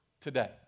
today